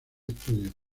estudio